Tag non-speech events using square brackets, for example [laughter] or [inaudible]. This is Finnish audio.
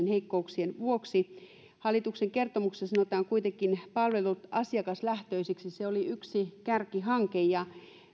[unintelligible] heikkouksien vuoksi hallituksen kertomuksessa sanotaan kuitenkin palvelut asiakaslähtöisiksi se oli yksi kärkihanke